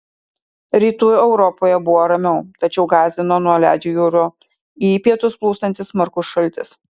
rytų europoje buvo ramiau tačiau gąsdino nuo ledjūrio į pietus plūstantis smarkus šaltis